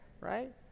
right